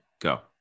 go